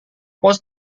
pos